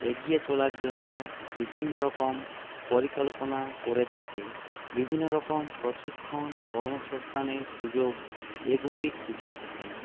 এগিয়ে চলার জন্য বিভিন্নরকম পরিকল্পনা করে থাকে বিভিন্নরকম প্রশিক্ষণ কর্মসংস্থানের সুযোগ এগুলি খুঁজে থাকেন